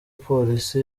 polisi